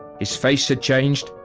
his face had changed,